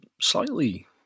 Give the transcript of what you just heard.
slightly